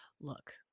look